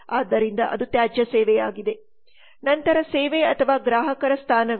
ಆದ್ದರಿಂದ ಅದು ತ್ಯಾಜ್ಯ ಸೇವೆಯಾಗಿದೆ ನಂತರ ಸೇವೆ ಅಥವಾ ಗ್ರಾಹಕರ ಸ್ಥಾನಗಳು ಅವರು ಸರ್ವಿಸ್ಕೇಪ್ನಿಂದ ಹೊರಬರುತ್ತವೆ